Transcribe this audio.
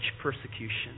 persecution